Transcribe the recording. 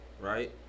Right